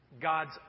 God's